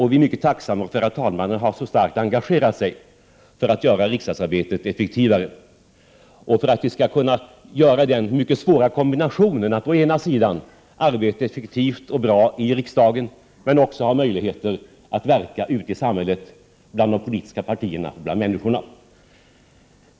Vi är mycket tacksamma för att talmannen har engagerat sig så starkt för att göra riksdagsarbetet effektivare och för att vi skall kunna göra den mycket svåra kombinationen att å ena sidan arbeta effektivt och bra i riksdagen och å andra sidan ha möjlighet att verka ute i samhället bland de politiska partierna och bland människorna.